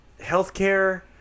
healthcare